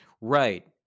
Right